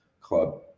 Club